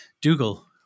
Dougal